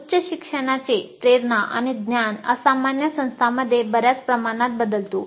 उच्च शिक्षणाचे प्रेरणा आणि ज्ञान असामान्य संस्थांमध्ये बर्याच प्रमाणात बदलतो